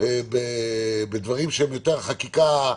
בדברים שהם יותר חקיקה,